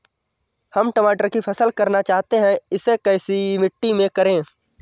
हम टमाटर की फसल करना चाहते हैं इसे कैसी मिट्टी में करें?